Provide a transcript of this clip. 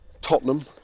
tottenham